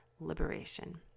liberation